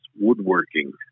Woodworking